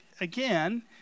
again